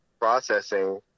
processing